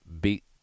beat